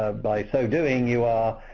ah by so doing, you are